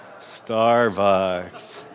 Starbucks